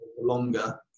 longer